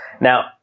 Now